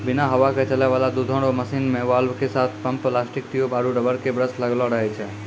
बिना हवा के चलै वाला दुधो रो मशीन मे वाल्व के साथ पम्प प्लास्टिक ट्यूब आरु रबर के ब्रस लगलो रहै छै